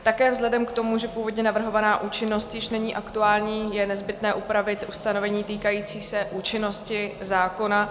Také vzhledem k tomu, že původně navrhovaná účinnost již není aktuální, je nezbytné upravit ustanovení týkající se účinnosti zákona.